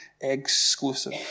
exclusive